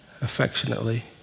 affectionately